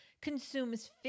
consumes